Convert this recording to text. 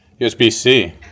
USB-C